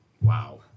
wow